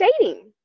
dating